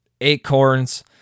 acorns